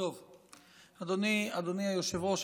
אדוני היושב-ראש,